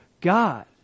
god